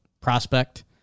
prospect